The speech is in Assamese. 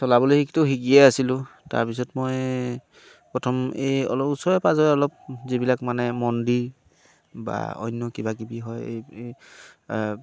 চলাবলৈ শিকটো শিকিয়ে আছিলোঁ তাৰপিছত মই প্ৰথম এই অলপ ওচৰে পাজৰে অলপ যিবিলাক মানে মন্দিৰ বা অন্য কিবাকিবি হয় এই